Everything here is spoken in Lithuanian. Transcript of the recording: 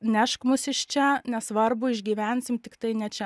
nešk mus iš čia nesvarbu išgyvensim tiktai ne čia